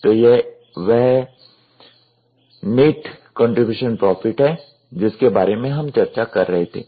तो वह net contribution profit है जिसके बारे में हम चर्चा कर रहे थे